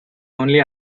only